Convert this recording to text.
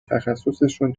تخصصشون